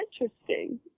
interesting